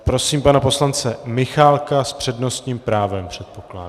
Prosím pana poslance Michálka s přednostním právem předpokládám.